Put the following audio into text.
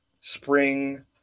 spring